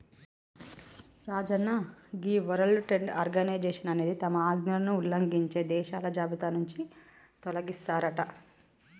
రాజన్న గీ World Trade Organization అనేది తమ ఆజ్ఞలను ఉల్లంఘించే దేశాల జాబితా నుంచి తొలగిస్తారట